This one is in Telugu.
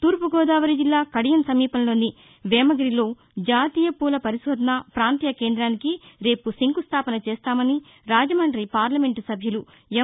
తూర్పు గోదావరి జిల్లా కడియం సమీపంలోని వేమగిరిలో జాతీయ పూల పరిశోధన పాంతీయ కేంద్రానికి రేపు శంకుస్లాపన చేస్తామని రాజమండి పార్లమెంటు సభ్యులు ఎం